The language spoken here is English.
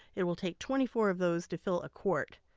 it will take twenty four of those to fill a quart.